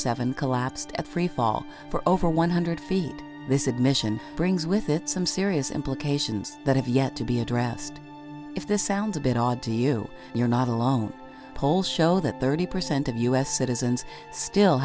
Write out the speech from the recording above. seven collapsed at freefall for over one hundred feet this admission brings with it some serious implications that have yet to be addressed if this sounds a bit odd to you you're not alone polls show that thirty percent of u s citizens still